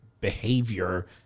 behavior